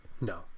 No